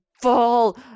fall